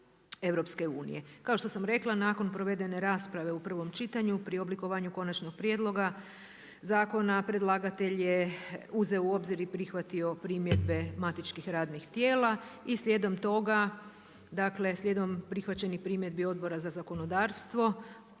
EU. Kao što sam rekla, nakon provedene rasprave u prvom čitanju pri oblikovanju konačnog prijedloga zakona predlagatelj je uzeo u obzir i prihvatio primjedbe matičnih radnih tijela i slijedom toga, dakle slijedom prihvaćenih primjedbi Odbora za zakonodavstvo,